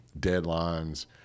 Deadlines